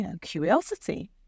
curiosity